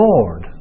Lord